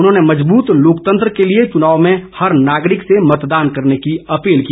उन्होंने मजबूत लोकतंत्र के लिए चुनाव में हर नागरिक सेमतदान करने की अपील की